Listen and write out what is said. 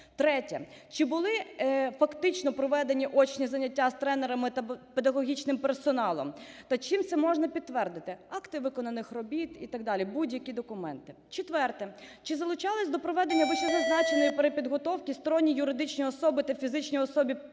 Третє. Чи були фактично проведені очні заняття з тренерами та педагогічним персоналом та чим це можна підтвердити: акти виконаних робіт і так далі, будь-які документи? Четверте. Чи залучались до проведення вищезазначеної перепідготовки сторонні юридичні особи та фізичні особи-підприємці?